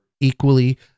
equally